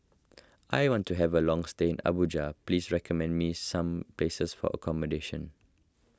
I want to have a long stay in Abuja please recommend me some places for accommodation